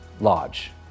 lodge